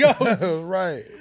Right